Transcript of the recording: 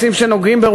בוועדת הכנסת.